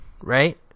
right